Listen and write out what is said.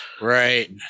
Right